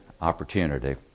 opportunity